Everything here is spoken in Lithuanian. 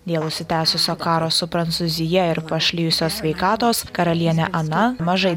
dėl užsitęsusio karo su prancūzija ir pašlijusios sveikatos karalienė ana mažai